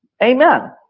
Amen